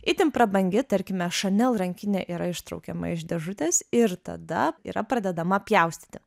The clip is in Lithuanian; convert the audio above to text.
itin prabangi tarkime chanel rankinė yra ištraukiama iš dėžutės ir tada yra pradedama pjaustyti